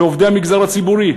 לעובדי המגזר הציבורי.